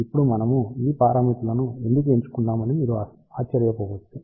ఇప్పుడు మనము ఈ పారామితులను ఎందుకు ఎంచుకున్నామని మీరు ఆశ్చర్యపోవచ్చు